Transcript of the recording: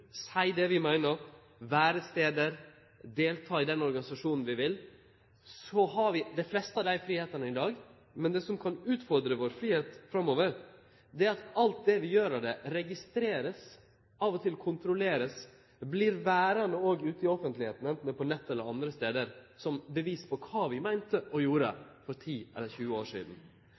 seie det vi meiner, vere stader, delta i den organisasjonen vi vil, har vi dei fleste av dei fridomane i dag. Men det som kan utfordre vår fridom framover, er at alt det vi gjer no, vert registrert, av og til vert det kontrollert, og det vert verande ute i offentligheita, anten det er på nettet eller andre stader, som bevis på kva vi meinte og gjorde for ti eller 20 år sidan.